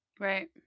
Right